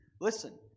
listen